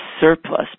surplus